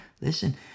Listen